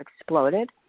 exploded